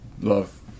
love